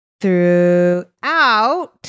throughout